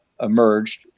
emerged